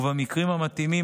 ובמקרים המתאימים,